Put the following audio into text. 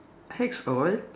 axe oil